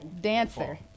dancer